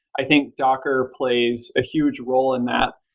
i think docker plays a huge role in that,